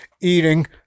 eating